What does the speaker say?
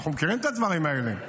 אנחנו מכירים את הדברים האלה.